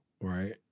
right